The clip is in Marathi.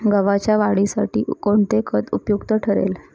गव्हाच्या वाढीसाठी कोणते खत उपयुक्त ठरेल?